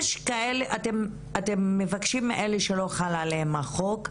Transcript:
אתם מבקשים מאלה שלא חל עליהם החוק,